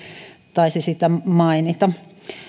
taisi siitä mainita